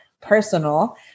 personal